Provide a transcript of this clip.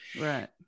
right